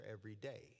everyday